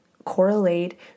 correlate